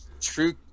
true